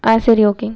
ஆ சரி ஓகே